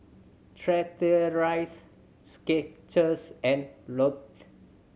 Chateraise Skechers and Lotte